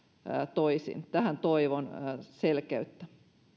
toisin tähän toivon selkeyttä